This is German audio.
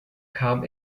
kam